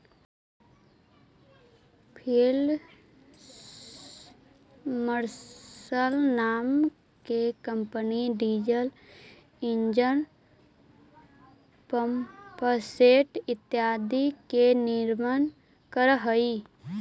field marshal नाम के company diesel engine, pumpset आदि के निर्माण करऽ हई